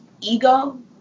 ego